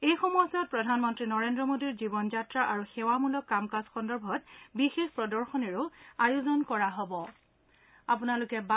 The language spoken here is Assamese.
এই সময়ছোৱাত প্ৰধানমন্ত্ৰী নৰেন্দ্ৰ মোডীৰ জীৱন যাত্ৰা আৰু সেৱামূলক কামকাজ সন্দৰ্ভত বিশেষ প্ৰদশনীৰো আয়োজন কৰা হ'ব